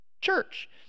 church